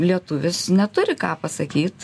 lietuvis neturi ką pasakyt